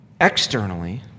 externally